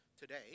today